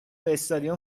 استادیوم